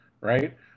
right